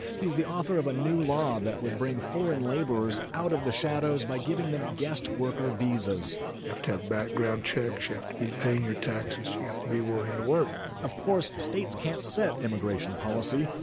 he's the author of a new law that would bring foreign laborers out of the shadows by giving them guest-worker visas you have to have background checks. you have to be paying your taxes. you have to be willing to work of course, states can't set immigration policy.